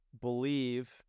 believe